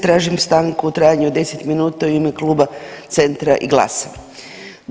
Tražim stanku u trajanju od 10 minuta u ime Kluba Centra i GLAS-a.